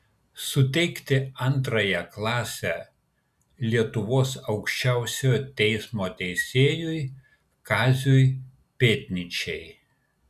suteikti antrąją klasę lietuvos aukščiausiojo teismo teisėjui kaziui pėdnyčiai